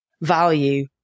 value